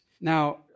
Now